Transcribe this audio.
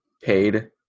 paid